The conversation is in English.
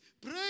Pray